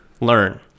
learn